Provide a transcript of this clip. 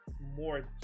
more